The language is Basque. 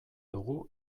dugu